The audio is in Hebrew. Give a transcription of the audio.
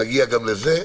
נגיע גם לזה.